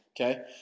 okay